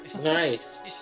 Nice